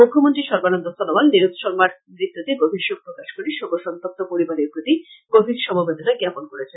মুখ্যমন্ত্রী সর্বানন্দ সনোয়াল নিরোদ শর্মার মৃত্যতে গভীর শোক প্রকাশ করে শোক সন্তপ্ত পরিবারের প্রতি গভীর সমবেদনা জ্ঞাপন করেন